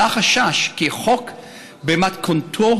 עלה חשש שהחוק במתכונתו,